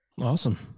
Awesome